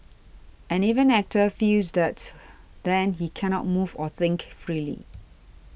and if an actor feels that then he cannot move or think freely